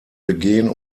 begehen